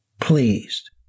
pleased